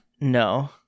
No